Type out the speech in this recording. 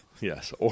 Yes